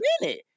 minute